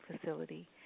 facility